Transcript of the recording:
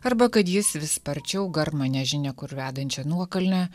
arba kad jis vis sparčiau garma nežinia kur vedančia nuokalne